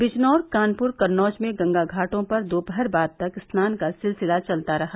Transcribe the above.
बिजनौर कानपुर कन्नौज में गंगा घाटों पर दोपहर बाद तक स्नान का सिलसिला चलता रहा